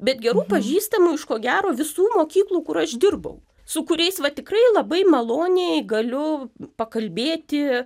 bet gerų pažįstamų iš ko gero visų mokyklų kur aš dirbau su kuriais va tikrai labai maloniai galiu pakalbėti